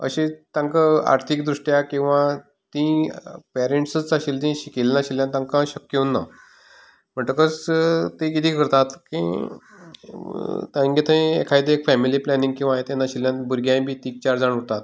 अशी तांकां आर्थीक दृश्ट्या किंवा तीं पेरेंन्टच आशिल्ली ती शिकिल्ली नाशिल्ल्यान तांकां शक्य उरना म्हणटकच ती कितें करतात की तेंगें थंय एखादी फॅमिली प्लेनींग किंवा हें तें नाशिल्ल्यान भुरगेंय बी तीग चार जाण उरतात